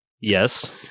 Yes